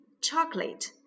chocolate